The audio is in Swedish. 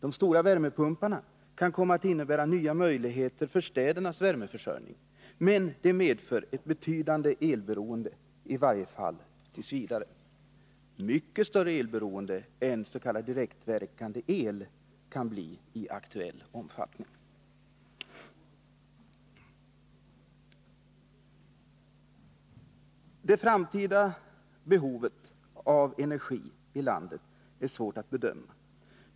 De stora värmepumparna kan komma att innebära nya möjligheter för städernas värmeförsörjning, men de medför ett betydande elberoende, i varje fall t. v. — ett mycket större elberoende än s.k. direktverkande el kan medföra i aktuell omfattning. Det framtida behovet av energi i landet är svårt att bedöma.